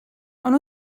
ond